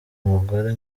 umugore